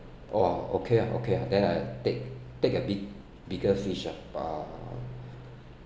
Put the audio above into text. oh okay ah okay ah then I take take a bit bigger fish ah uh